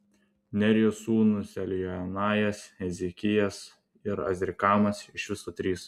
nearijos sūnūs eljoenajas ezekijas ir azrikamas iš viso trys